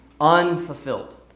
unfulfilled